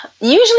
Usually